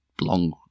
long